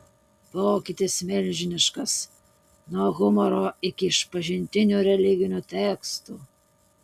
pokytis milžiniškas nuo humoro iki išpažintinių religinių tekstų